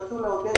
כשרצו לעודד,